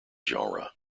genre